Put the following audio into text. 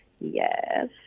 Yes